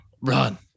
run